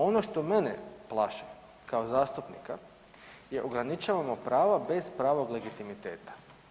Ono što mene plaši kao zastupnika je ograničavamo prava bez pravog legitimiteta.